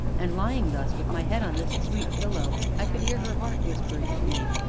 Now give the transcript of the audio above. and lying thus, with my head on this sweet pillow, i could hear her heart whispering to me,